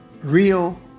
Real